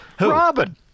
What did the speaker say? Robin